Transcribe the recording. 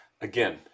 Again